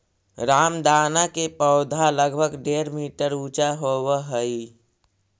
रामदाना के पौधा लगभग डेढ़ मीटर ऊंचा होवऽ हइ